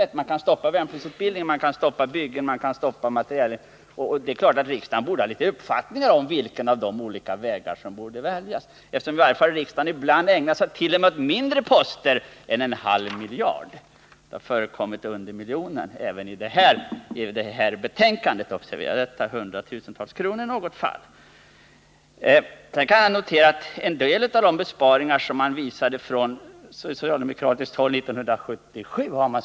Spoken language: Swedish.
Man kan t.ex. stoppa värnpliktsutbildningen, byggen eller materielleveranser. Det är rimligt att riksdagen har en uppfattning om vilken av dessa vägar som bör väljas. Åtminstone ibland ägnar ju riksdagen uppmärksamhet åt även mindre poster än en halv miljard. Det har — även i detta betänkande — förekommit poster på mindre än en miljon, i något fall rörde det sig om hundratusentals kronor. Jag kan notera att socialdemokraterna har sprungit ifrån en del av de besparingar de föreslog 1977.